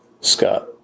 Scott